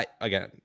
again